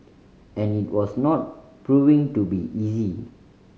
and it was not proving to be easy